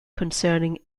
concerning